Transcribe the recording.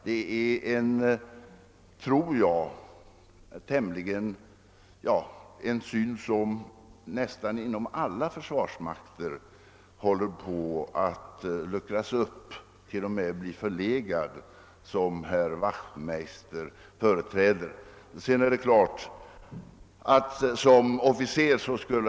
Den syn som herr Wachtmeister har håller på att luckras upp och blir till och med förlegad inom nästan alla försvarsmakter. Det är klart att herr Wachtmeister som officer gärna skulle se truppen uppträda som den gjorde låt oss säga för 30, 40 år sedan, men jag tror inte att det är möjligt.